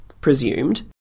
presumed